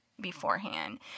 beforehand